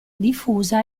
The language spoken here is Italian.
diffusa